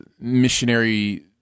missionary